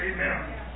Amen